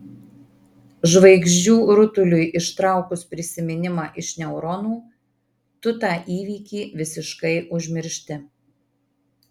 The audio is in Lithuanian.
žvaigždžių rutuliui ištraukus prisiminimą iš neuronų tu tą įvykį visiškai užmiršti